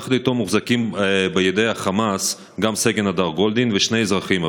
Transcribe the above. יחד איתו מוחזקים בידי החמאס גם סגן הדר גולדין ושני אזרחים,